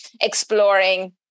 exploring